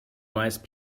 mice